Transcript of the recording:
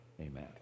amen